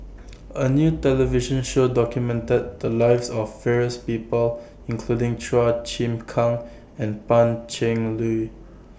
A New television Show documented The Lives of various People including Chua Chim Kang and Pan Cheng Lui